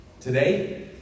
Today